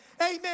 Amen